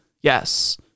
yes